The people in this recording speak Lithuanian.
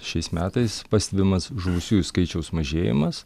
šiais metais pastebimas žuvusiųjų skaičiaus mažėjimas